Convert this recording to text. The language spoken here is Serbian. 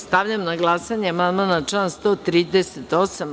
Stavljam na glasanje amandman na član 138.